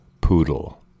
poodle